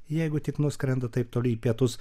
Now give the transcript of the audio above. jeigu tik nuskrenda taip toli į pietus